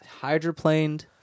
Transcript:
hydroplaned